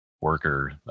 worker